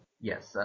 Yes